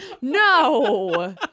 No